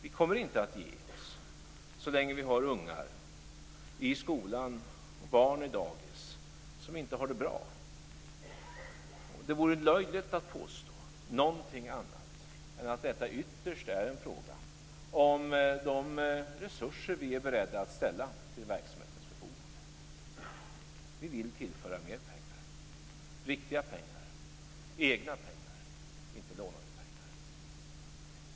Vi kommer inte att ge oss så länge vi har ungar i skolan och barn på dagis som inte har det bra. Det vore löjligt att påstå något annat än att detta ytterst är en fråga om de resurser vi är beredda att ställa till verksamheternas förfogande. Vi vill tillföra mer pengar, riktiga pengar, egna pengar - inte lånade pengar.